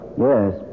Yes